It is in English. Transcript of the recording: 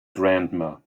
grandma